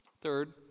Third